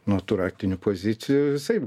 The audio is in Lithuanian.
nuo tų raktinių pozicijų visaip